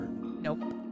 Nope